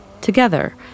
together